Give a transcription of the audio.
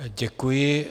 Děkuji.